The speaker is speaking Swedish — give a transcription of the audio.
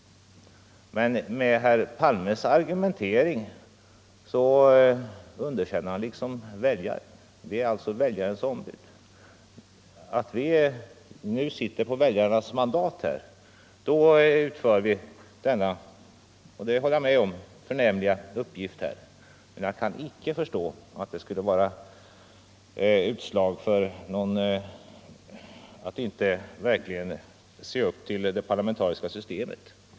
Men herr Palme underkänner ju väljarna med sin argumentering. Vi är väljarnas ombud, och då vi sitter här på väljarnas mandat utför vi denna — det håller jag med om — förnämliga uppgift. Men jag kan icke förstå att den omständigheten, att man en gång krävt nyval, skulle innebära att man inte verkligen ser upp till det parlamentariska systemet.